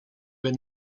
been